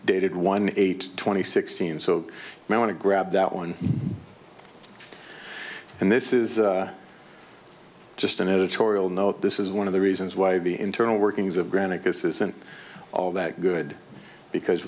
dated one eight twenty sixteen so i want to grab that one and this is just an editorial note this is one of the reasons why the internal workings of granite this isn't all that good because